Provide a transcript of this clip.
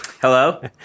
Hello